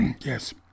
Yes